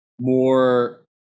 more